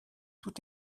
tout